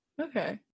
Okay